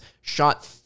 shot